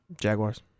Jaguars